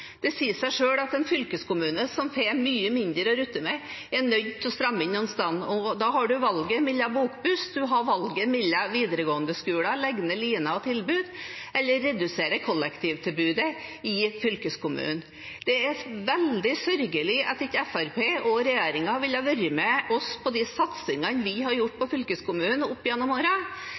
Det sier seg selv at en fylkeskommune som får mye mindre å rutte med, er nødt til å stramme inn et sted, og da har en valget mellom bokbuss, legge ned linjer og tilbud på videregående skoler, eller redusere kollektivtilbudet i fylkeskommunen. Det er veldig sørgelig at Fremskrittspartiet og regjeringen ikke har villet være med oss på de satsingene vi har gjort på fylkeskommunen opp gjennom